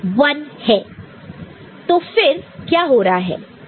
तो फिर क्या हो रहा है